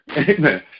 amen